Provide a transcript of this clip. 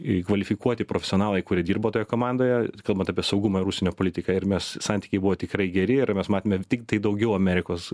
į kvalifikuoti profesionalai kurie dirbo toje komandoje kalbant apie saugumą ir užsienio politiką ir mes santykiai buvo tikrai geri ir mes matėme tiktai daugiau amerikos